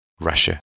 Russia